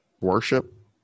worship